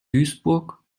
duisburg